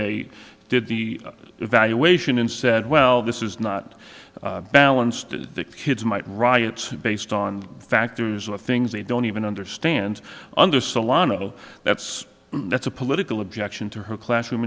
they did the evaluation and said well this is not balanced the kids might riot based on factors or things they don't even understand under solano that's that's a political objection to her classroom